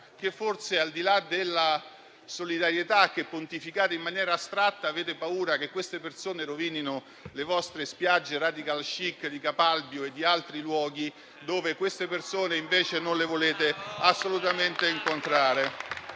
che forse, al di là della solidarietà che pontificate in maniera astratta, avete paura che queste persone rovinino le vostre spiagge *radical chic* di Capalbio e di altri luoghi *(Commenti)*, dove invece queste persone non le volete assolutamente incontrare.